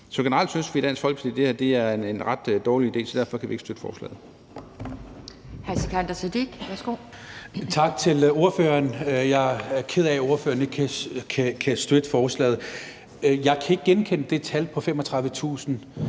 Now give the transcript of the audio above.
Så generelt synes vi i Dansk Folkeparti, at det her er en ret dårlig idé, og derfor kan vi ikke støtte forslaget.